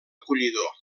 acollidor